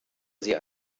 sie